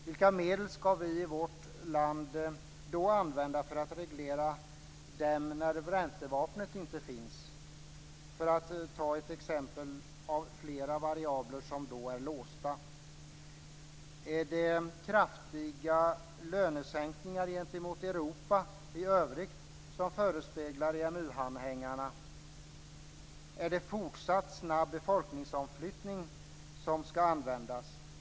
Vilka medel ska vi i vårt land då använda för att reglera dem när räntevapnet inte finns? Detta är ett exempel på en variabel av flera som då är låsta. Är det kraftiga lönesänkningar gentemot Europa i övrigt som förespeglar EMU-anhängarna? Är det fortsatt snabb befolkningsomflyttning som ska användas?